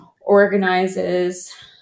organizes